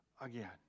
again